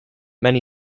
many